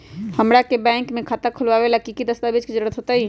हमरा के बैंक में खाता खोलबाबे ला की की दस्तावेज के जरूरत होतई?